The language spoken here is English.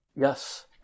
Yes